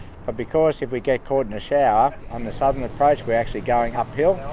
but because if we get caught in a shower on the southern approach we're actually going uphill.